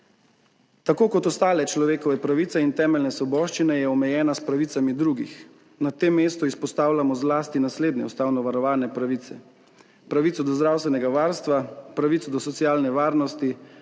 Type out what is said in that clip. Tako kot ostale človekove pravice in temeljne svoboščine je omejena s pravicami drugih. Na tem mestu izpostavljamo zlasti naslednje ustavno varovane pravice: pravico do zdravstvenega varstva, pravico do socialne varnosti,